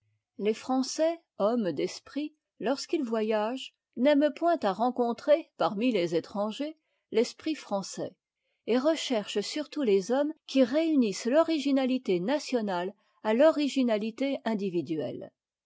les français hommes d'esprit lorsqu'ils voyagent n'aiment point à rencontrer parmi les étrangers l'esprit français et recherchent surtout les hommes qui réunissent l'originalité nationale à l'originalité individuelle